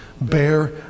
bear